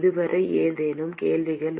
இதுவரை ஏதேனும் கேள்விகள்